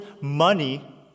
money